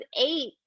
eight